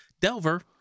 Delver